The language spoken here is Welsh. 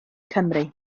cymru